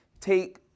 take